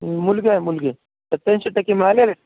मुलगी आहे मुलगी सत्याऐंशी टक्के मिळालेले आहेत